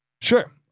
sure